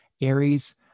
Aries